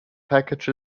package